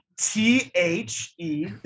t-h-e